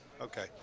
Okay